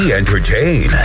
entertain